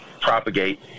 propagate